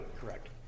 Correct